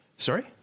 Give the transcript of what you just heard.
Sorry